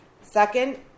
Second